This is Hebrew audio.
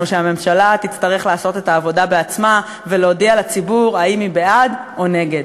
שהממשלה תצטרך לעשות את העבודה בעצמה ולהודיע לציבור אם היא בעד או נגד.